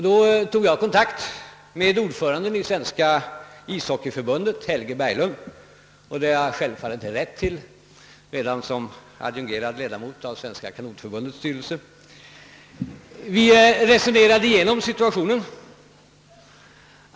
Då tog jag kontakt med ordföranden i Svenska ishockeyförbundet Helge Berglund — det har jag självfallet rätt att göra redan som adjungerad ledamot av Svenska kanotförbundets styrelse. Vi resonerade igenom situationen.